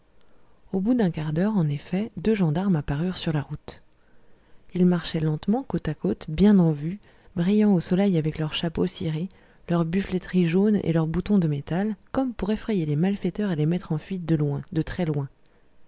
au bout d'un quart d'heure en effet deux gendarmes apparurent sur la route ils marchaient lentement côte à côte bien en vue brillants au soleil avec leurs chapeaux cirés leurs buffleteries jaunes et leurs boutons de métal comme pour effrayer les malfaiteurs et les mettre en fuite de loin de très loin